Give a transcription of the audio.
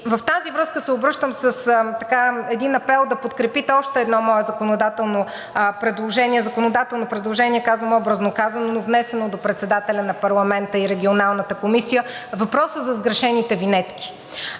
с това се обръщам с един апел – да подкрепите още едно мое законодателно предложение. Законодателно предложение, образно казано, но внесено до председателя на парламента и Регионалната комисия – въпросът за сгрешените винетки.